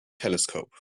telescope